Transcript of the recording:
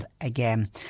again